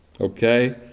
Okay